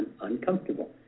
uncomfortable